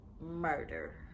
murder